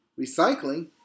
recycling